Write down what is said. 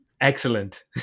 excellent